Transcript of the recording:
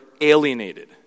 alienated